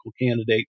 candidate